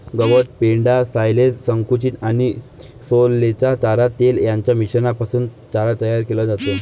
गवत, पेंढा, सायलेज, संकुचित आणि सोललेला चारा, तेल यांच्या मिश्रणापासून चारा तयार केला जातो